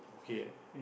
okay